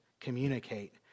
communicate